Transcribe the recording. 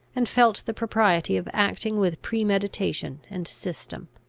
and felt the propriety of acting with premeditation and system.